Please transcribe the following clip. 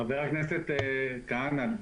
חבר הכנסת כהנא,